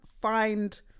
find